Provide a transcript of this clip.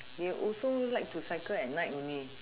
they also like to cycle at night only